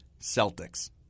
Celtics